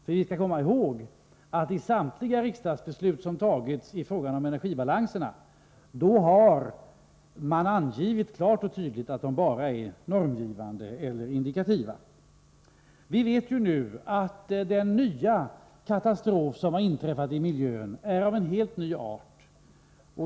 För vi skall komma ihåg att man i samtliga riksdagsbeslut som har fattats i fråga om energibalanserna klart och tydligt har angivit att de bara är normgivande eller indikativa. Vi vet nu att den nya katastrof som har inträffat i miljön är av helt ny art.